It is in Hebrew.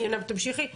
תמשיכי.